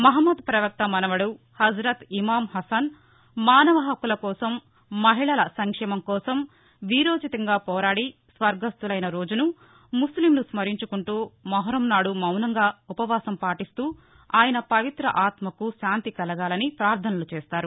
మహ్మద్ పవక్త మనుమడు హాజత్ ఇమాం హసన్మానవ హక్కుల కోసం మహిళల సంక్షేమంకోసం విరోచితంగా పోరాడి స్వర్గస్టులైన రోజును ముస్లీంలు స్మరించుకుంటూ మొహర్రం నాడు మౌనంగా ఉపవాసం పాటిస్తూ ఆయన పవిత్ర ఆత్మకు శాంతి కలగాలని ప్రార్దనలు చేస్తారు